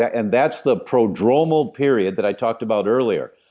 and that's the prodromal period that i talked about earlier.